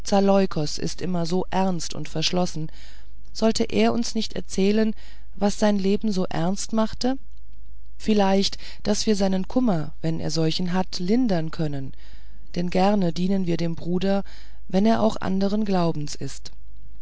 ist immer so ernst und verschlossen sollte er uns nicht erzählen was sein leben so ernst machte vielleicht daß wir seinen kummer wenn er solchen hat lindern können denn gerne dienen wir dem bruder wenn er auch anderes glaubens ist